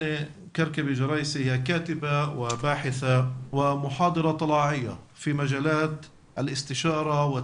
כרכבי-ג'ראייסי היא סופרת וחוקרת ומרצה חלוצה בתחום הייעוץ,